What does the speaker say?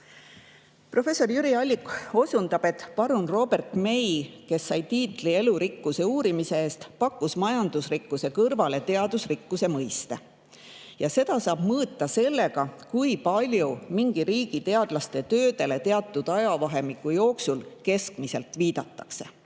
Professor Jüri Allik osundab, et parun Robert May, kes sai tiitli elurikkuse uurimise eest, pakkus majandusrikkuse kõrvale teadusrikkuse mõiste. Seda saab mõõta sellega, kui palju mingi riigi teadlaste töödele teatud ajavahemiku jooksul keskmiselt viidatakse.